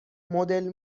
مدل